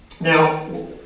Now